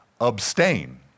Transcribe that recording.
abstain